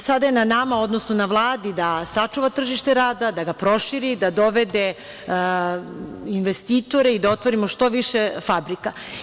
Sada je na nama, odnosno na Vladi da sačuva tržište rada, da ga proširi, da dovede investitore i da otvorimo što više fabrika.